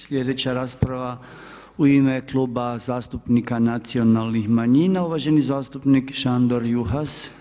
Sljedeća rasprava u ime Kluba zastupnika nacionalnih manjina, uvaženi zastupnik Šandor Juhas.